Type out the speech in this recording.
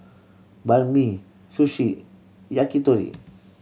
Banh Mi Sushi Yakitori